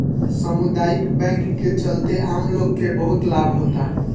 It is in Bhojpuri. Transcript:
सामुदायिक बैंक के चलते आम लोग के बहुत लाभ होता